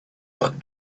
that